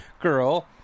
girl